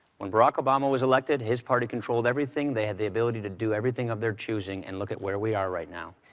when barack obama was elected, his party controlled everything. they had the ability to do everything of their choosing, and look at where we are right now.